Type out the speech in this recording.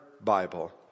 Bible